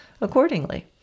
accordingly